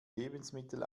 lebensmittel